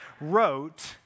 wrote